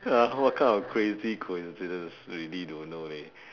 !huh! what kind of crazy coincidence really don't know leh